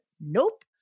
Nope